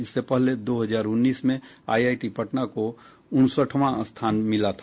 इससे पहले दो हजार उन्नीस में आईआईटी पटना को उनसठ स्थान मिला था